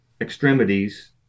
extremities